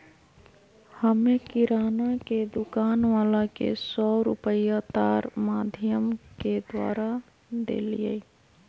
हम्मे किराना के दुकान वाला के सौ रुपईया तार माधियम के द्वारा देलीयी